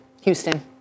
Houston